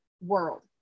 world